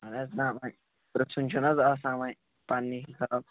اَہن حظ جناب پرٕژھُن چھ نَہ حظ آسان وۄنۍ پَنِنہِ حساب